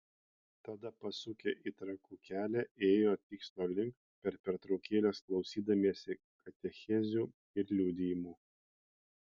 tada pasukę į trakų kelią ėjo tikslo link per pertraukėles klausydamiesi katechezių ir liudijimų